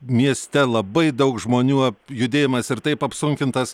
mieste labai daug žmonių judėjimas ir taip apsunkintas